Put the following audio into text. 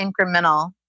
incremental